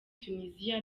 tunisia